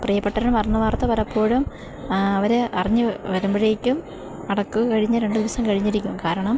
പ്രിയപ്പെട്ടരുടെ മരണവാർത്ത പലപ്പോഴും അവര് അറിഞ്ഞുവരുമ്പോഴേക്കും അടക്ക് കഴിഞ്ഞ് രണ്ട് ദിവസം കഴിഞ്ഞിരിക്കും കാരണം